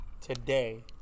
today